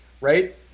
right